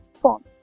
form